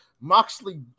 moxley